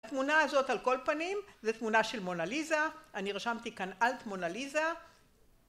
התמונה הזאת על כל פנים זה תמונה של מונה-ליזה אני רשמתי כאן אלט מונה-ליזה